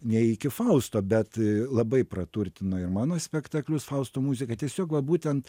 nei iki fausto bet labai praturtino ir mano spektaklius fausto muzika tiesiog va būtent